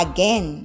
Again